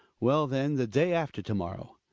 well, then, the day after to-morrow.